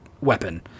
weapon